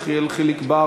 יחיאל חיליק בר,